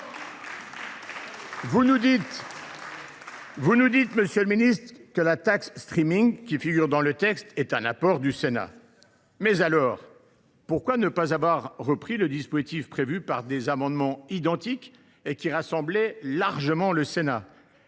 Vous nous dites, monsieur le ministre, que la « taxe streaming », qui figure dans le texte, est un apport du Sénat. Mais alors, pourquoi ne pas avoir repris le dispositif défendu dans les amendements identiques, qui rassemblaient largement le Sénat ?